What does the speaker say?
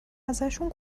ازشون